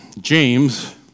James